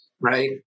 right